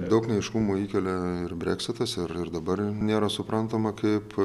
daug neaiškumo įkelia ir breksitas ir ir dabar nėra suprantama kaip